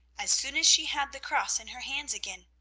as soon as she had the cross in her hands again.